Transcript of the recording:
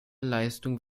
leistung